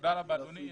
תודה רבה, אדוני.